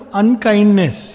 unkindness